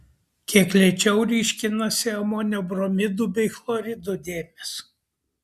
kiek lėčiau ryškinasi amonio bromidų bei chloridų dėmės